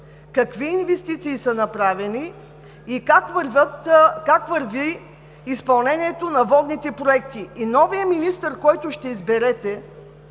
какви инвестиции са направени и как върви изпълнението на водните проекти. И новият министър, който ще изберете,